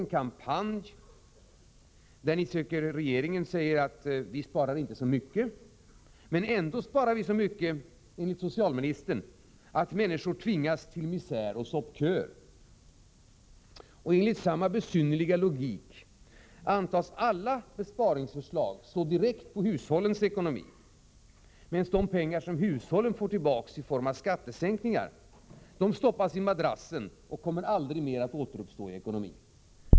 En kampanj har dragits i gång, där regeringen söker hävda att vi inte sparar så mycket, men ändå så mycket att vi —- enligt socialministern — tvingar människor till misär och soppköer. Enligt samma besynnerliga logik antas alla besparingsförslag slå direkt på hushållens ekonomi, medan de pengar som hushållen får tillbaka i form av skattesänkningar antas bli stoppade i madrassen för att aldrig mer återuppstå i ekonomin.